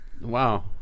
wow